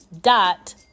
dot